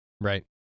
Right